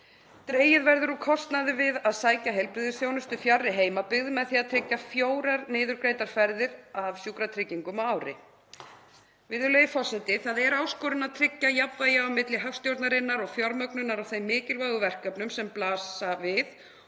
Dregið verður úr kostnaði við að sækja heilbrigðisþjónustu fjarri heimabyggð með því að tryggja fjórar ferðir niðurgreiddar af Sjúkratryggingum á ári. Virðulegi forseti. Það er áskorun að tryggja jafnvægi á milli hagstjórnarinnar og fjármögnunar á þeim mikilvægu verkefnum sem blasa við